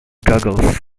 goggles